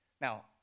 Now